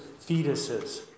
fetuses